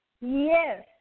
Yes